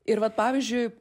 ir vat pavyzdžiui